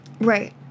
Right